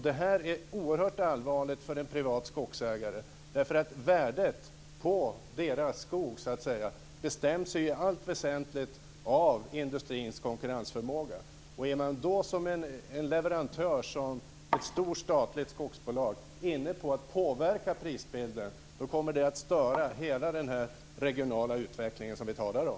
Det här är oerhört allvarligt för de privata skogsägarna därför att värdet på deras skog så att säga i allt väsentligt bestäms av industrins konkurrensförmåga. Är man då som leverantör som ett stort statligt skogsbolag inne på att påverka prisbilden kommer det att störa hela den regionala utveckling som vi talar om.